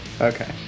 Okay